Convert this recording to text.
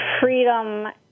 freedom